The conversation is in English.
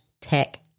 tech